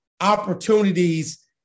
opportunities